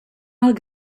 alt